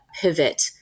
pivot